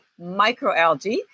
microalgae